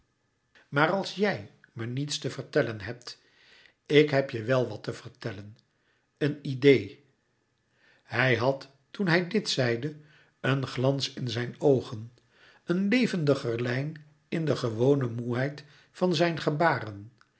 maar als jij me niets te vertellen hebt ik heb je wel wat te vertellen een idee hij had toen hij dit zeide een glans in zijn oogen een levendiger lijn in de gewone moêheid van zijn gebaren